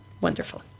wonderful